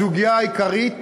הסוגיה העיקרית